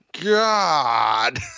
God